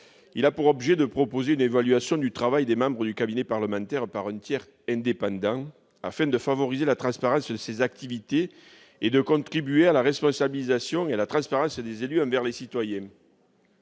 nous proposons une évaluation du travail du cabinet parlementaire par un tiers indépendant, afin de favoriser la transparence de ses activités et de contribuer à la responsabilisation et à la transparence des élus envers les citoyens.